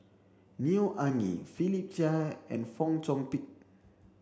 Neo Anngee Philip Chia and Fong Chong Pik